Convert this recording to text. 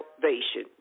salvation